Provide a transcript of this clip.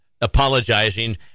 apologizing